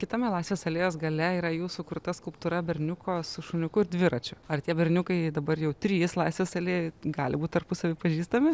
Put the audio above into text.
kitame laisvės alėjos gale yra jūsų kurta skulptūra berniuko su šuniuku ir dviračiu ar tie berniukai dabar jau trys laisvės alėjoj gali būt tarpusavy pažįstami